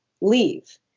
leave